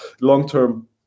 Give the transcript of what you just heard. long-term